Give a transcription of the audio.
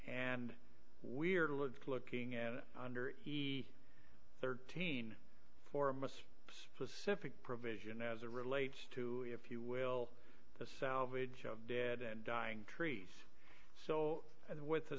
and weird looks looking at under the thirteen for most specific provision as a relate to if you will the salvage of dead and dying trees so as with